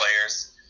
players